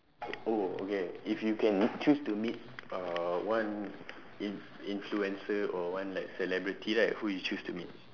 oh okay if you can choose to meet uh one in~ influencer or one like celebrity right who would you choose to meet